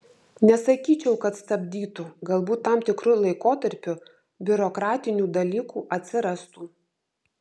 nesakyčiau kad stabdytų galbūt tam tikru laikotarpiu biurokratinių dalykų atsirastų